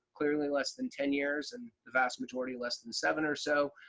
clearly less than ten years. and the vast majority less than seven or so.